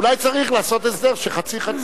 אולי צריך לעשות הסדר שחצי-חצי,